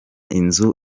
inzu